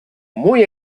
muy